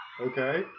Okay